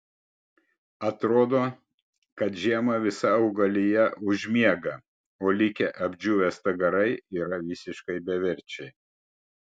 atrodo kad žiemą visa augalija užmiega o likę apdžiūvę stagarai yra visiškai beverčiai